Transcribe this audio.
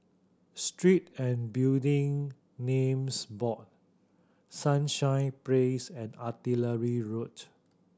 Street and Building Names Board Sunshine Place and Artillery Road